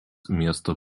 miesto